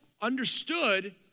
understood